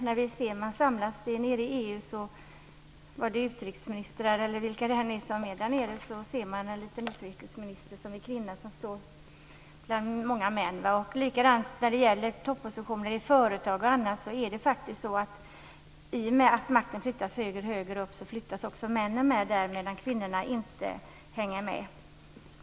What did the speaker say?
När utrikesministrarna samlas nere i EU, ser man en liten utrikesminister som är kvinna stå bland många män. Detsamma gäller vilka det än är som är där nere. Likadant är det när det gäller toppositioner i företag och andra organisationer. I och med att makten flyttas högre och högre upp flyttas också männen med, medan kvinnorna inte hänger med.